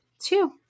two